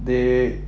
they